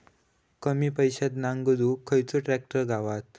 कमी पैशात नांगरुक खयचो ट्रॅक्टर गावात?